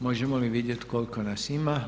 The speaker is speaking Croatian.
Možemo li vidjeti koliko nas ima?